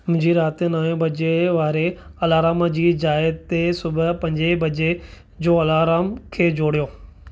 मुंहिंजी राति नवे बजे वारे अलारम जी जाइ ते सुबुह पंजे बजे जो अलाराम खे जोड़ियो